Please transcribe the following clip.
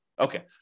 Okay